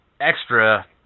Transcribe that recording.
extra